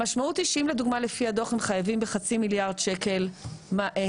המשמעות היא שאם לדוגמא לפי הדו"ח הם חייבים בחצי מיליארד שקלים היטל,